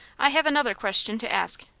i have another question to ask.